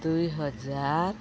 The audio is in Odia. ଦୁଇ ହଜାର